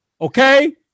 okay